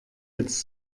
jetzt